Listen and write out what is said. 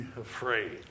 afraid